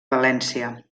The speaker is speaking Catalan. valència